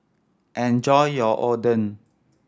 enjoy your Oden